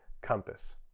Compass